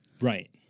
Right